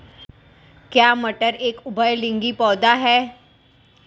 क्या मटर एक उभयलिंगी पौधा है?